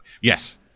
Yes